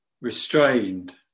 restrained